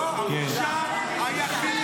לא היחיד.